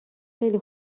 خیلی